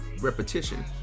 repetition